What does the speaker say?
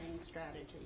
strategy